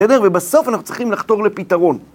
בסדר, ובסוף אנחנו צריכים לחתור לפתרון.